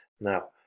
now